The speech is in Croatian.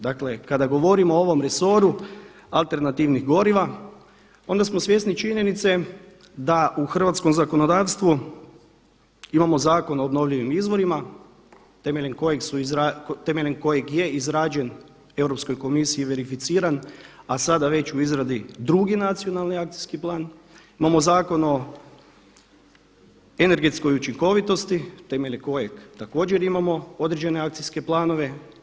Dakle kada govorimo o ovom resoru alternativnih goriva, onda smo svjesni činjenice da u hrvatskom zakonodavstvu imamo Zakon o obnovljivim izvorima temeljem kojeg je izrađen u Europskoj komisiji i verificiran a sada već u izradi drugi nacionalni akcijski plan, imamo zakon o energetskoj učinkovitosti temeljem kojeg također imamo određene akcijske planove.